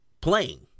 playing